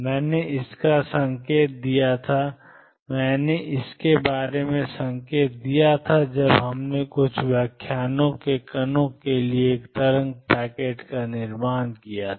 मैंने इसका संकेत दिया था मैंने इसके बारे में संकेत दिया था जब हमने कुछ व्याख्यानों के कणों के लिए एक तरंग पैकेट का निर्माण किया था